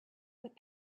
with